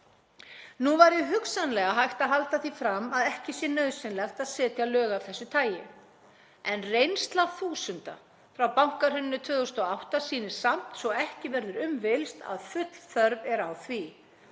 Nú væri hugsanlega hægt að halda því fram að ekki sé nauðsynlegt að setja lög af þessu tagi en reynsla þúsunda frá bankahruninu 2008 sýnir samt, svo ekki verður um villst, að full þörf er á því.